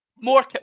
more